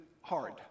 hard